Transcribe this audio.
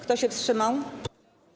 Kto się wstrzymał?